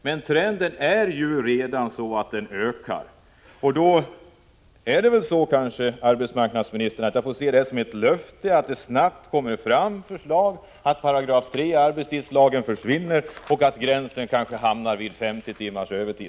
Men det är ju redan klart att trenden är att övertidsuttaget ökar. Jag får då kanske, arbetsmarknadsministern, ta det här som ett löfte att det snabbt framläggs förslag om att 3 § i arbetstidslagen skall försvinna och att gränsen skall sättas vid högst kanske 50 timmars övertid.